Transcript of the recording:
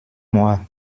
moi